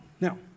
Now